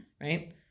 right